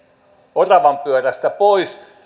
oravanpyörästä pois